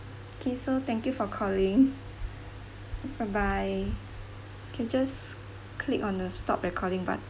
okay so thank you for calling bye bye okay just click on the stop recording button